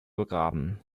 begraben